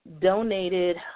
donated